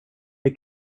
det